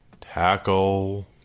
Tackle